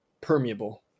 permeable